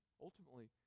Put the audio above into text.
Ultimately